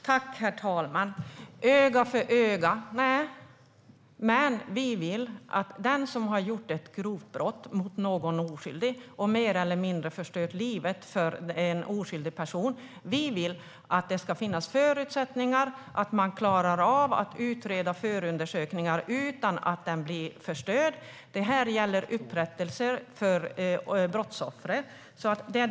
Herr talman! Det handlar inte om öga för öga, tand för tand, men vi vill att om någon har begått ett grovt brott mot någon oskyldig och mer eller mindre förstört livet för den personen ska det finnas förutsättningar att bedriva förundersökningar och utreda brottet utan att de blir förstörda. Det handlar om upprättelse för brottsoffret.